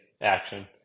action